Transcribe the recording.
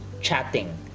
chatting